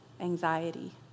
anxiety